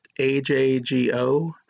AJGO